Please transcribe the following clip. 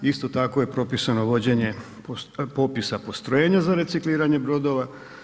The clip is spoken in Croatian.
Isto tako je propisano vođenje popisa postrojenja za recikliranje brodova.